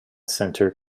center